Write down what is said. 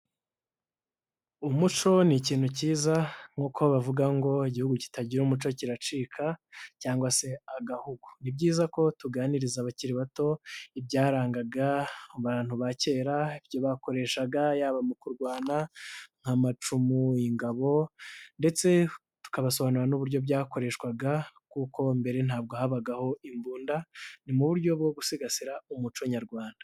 Umuco ni ikintu kiza nk'uko bavuga ngo igihugu kitagira umuco kiracika, cyangwa se agahugu. Ni byiza ko tuganiriza abakiri bato ibyarangaga abantu ba kera bakoreshaga yaba mu kurwana nk'amacumu, ingabo ndetse tukabasobanura n'uburyo byakoreshwaga, kuko mbere ntabwo habagaho imbunda, ni mu buryo bwo gusigasira umuco Nyarwanda.